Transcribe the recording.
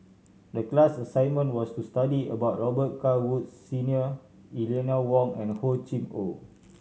the class assignment was to study about Robet Carr Woods Senior Eleanor Wong and Hor Chim Or